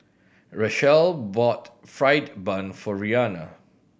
Rachelle bought fried bun for Reanna